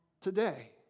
today